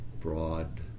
broad